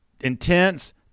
intense